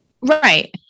Right